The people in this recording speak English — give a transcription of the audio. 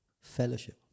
fellowship